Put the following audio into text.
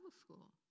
school